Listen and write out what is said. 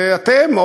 ואתם,